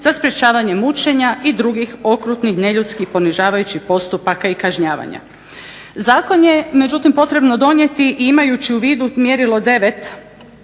za sprječavanje mučenja i drugih okrutnih, neljudskih, ponižavajućih postupaka i kažnjavanja. Zakon je međutim potrebno donijeti i imajući u vidu mjerilo 9.